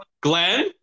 Glenn